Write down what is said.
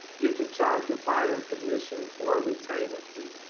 you can charge your buyer commission or retainer fee.